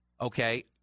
okay